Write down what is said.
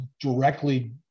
directly